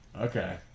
Okay